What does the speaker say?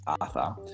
Arthur